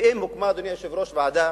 ואם הוקמה, אדוני היושב-ראש, ועדה